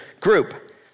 group